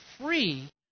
free